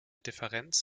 differenz